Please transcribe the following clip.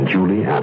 Julie